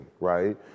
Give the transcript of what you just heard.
right